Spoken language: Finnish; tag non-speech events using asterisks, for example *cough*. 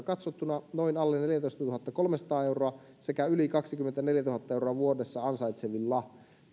*unintelligible* katsottuna noin alle neljätoistatuhattakolmesataa sekä yli kaksikymmentäneljätuhatta euroa vuodessa ansaitsevilla